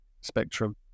spectrum